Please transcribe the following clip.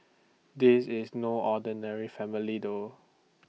this is no ordinary family though